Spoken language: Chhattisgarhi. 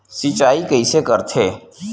सिंचाई कइसे करथे?